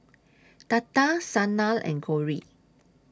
Tata Sanal and Gauri